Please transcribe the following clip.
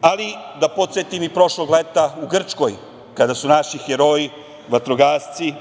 ali da podsetim i prošlog leta u Grčkoj kada su naši heroji, vatrogasci